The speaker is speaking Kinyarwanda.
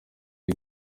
cya